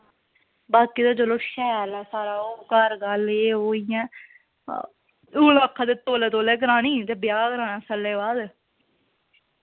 बाकी ते चलो शैल ऐ सारा ओह् घर गल्ल एह् ओह् इ'यां ऐ हून आक्खा दे तौले तौले करानी ते ब्याह् कराना साल्लै बाद